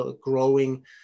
growing